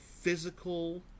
physical